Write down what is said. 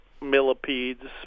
millipedes